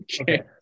Okay